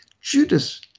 Judas